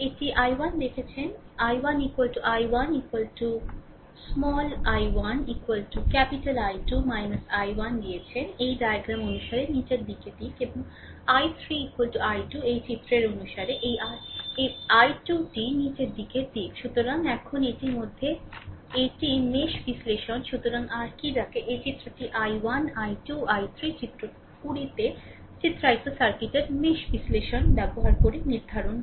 এটি I1 দেখেছেন I1 I1 ছোট I1 I2 I1 দিয়েছেন এই ডায়াগ্রাম অনুসারে নিচের দিকে দিক এবং I3 I2 এই চিত্রের অনুসারে এই r এই I2টি নীচের দিকের দিক সুতরাং এখন এটির মধ্যে এটিই মেশ বিশ্লেষণ সুতরাং r কী ডাকে সেই চিত্রটি I1 I2 I3 চিত্র 20 এর চিত্রায়িত সার্কিটের মেশ বিশ্লেষণ ব্যবহার করে নির্ধারণ করে